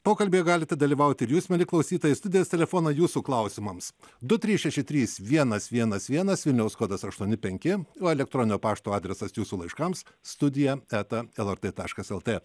pokalbį galite dalyvauti ir jūs mieli klausytojai studijos telefoną jūsų klausimams du trys šeši trys vienas vienas vienas vilniaus kodas aštuoni penki o elektroninio pašto adresas jūsų laiškams studija eta lrt taškas lt